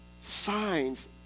Signs